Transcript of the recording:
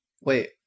Wait